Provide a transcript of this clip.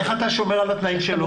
איך אתה שומר על התנאים שלו?